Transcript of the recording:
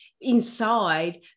inside